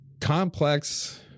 complex